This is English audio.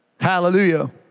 Hallelujah